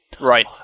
Right